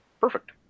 perfect